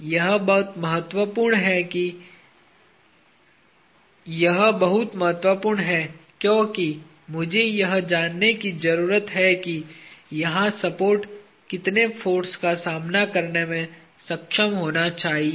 यह बहुत महत्वपूर्ण है क्योंकि मुझे यह जानने की जरूरत है कि यहां सपोर्ट कितने फाॅर्स का सामना करने में सक्षम होना चाहिए